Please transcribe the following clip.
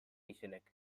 izenek